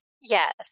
Yes